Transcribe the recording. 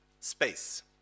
Space